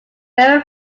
burial